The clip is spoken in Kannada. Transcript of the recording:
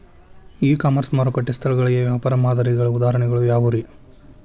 ಇ ಕಾಮರ್ಸ್ ಮಾರುಕಟ್ಟೆ ಸ್ಥಳಗಳಿಗೆ ವ್ಯಾಪಾರ ಮಾದರಿಗಳ ಉದಾಹರಣೆಗಳು ಯಾವವುರೇ?